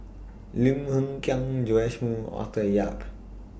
Lim Hng Kiang Joash Moo and Arthur Yap